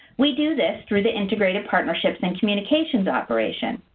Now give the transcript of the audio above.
we do this through the integrated partnerships and communications operation.